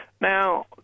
Now